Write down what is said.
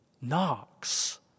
knocks